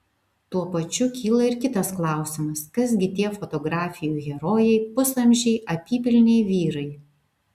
tuo pačiu kyla ir kitas klausimas kas gi tie fotografijų herojai pusamžiai apypilniai vyrai